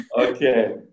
Okay